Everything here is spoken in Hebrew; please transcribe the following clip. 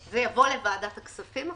הקיצוץ פלאט הזה יבוא לוועדת הכספים?